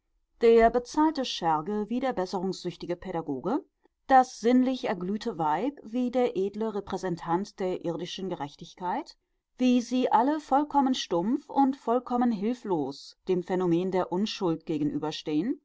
der bezahlte scherge wie der besserungssüchtige pädagoge das sinnlich erglühte weib wie der edle repräsentant der irdischen gerechtigkeit wie sie alle vollkommen stumpf und vollkommen hilflos dem phänomen der unschuld gegenüberstehen